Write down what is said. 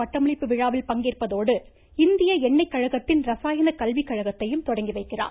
பட்டமளிப்பு விழாவில் பங்கேற்பதோடு இந்திய எண்ணெய் கழகத்தின் ரசாயன கல்வி கழகத்தையும் தொடங்கி வைக்கிறார்